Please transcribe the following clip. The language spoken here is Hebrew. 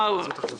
עוד דבר אחד,